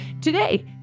today